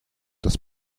dass